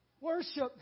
Worship